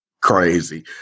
crazy